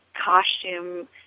costume